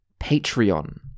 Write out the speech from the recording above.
Patreon